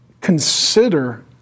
consider